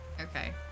Okay